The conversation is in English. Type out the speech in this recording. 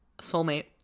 Soulmate